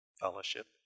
fellowship